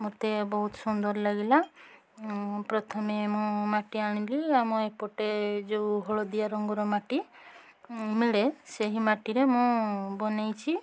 ମୋତେ ବହୁତ ସୁନ୍ଦର ଲାଗିଲା ପ୍ରଥମେ ମୁଁ ମାଟି ଆଣିଲି ଆମ ଏପଟେ ଯେଉଁ ହଳଦିଆ ରଙ୍ଗର ମାଟି ମିଳେ ସେହି ମାଟିରେ ମୁଁ ବନାଇଛି